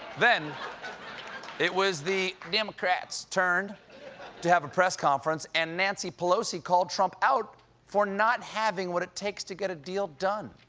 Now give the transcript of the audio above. then it was the democrats' turn to have a press conference, and nancy pelosi called trump out for not having what it takes to get a deal done.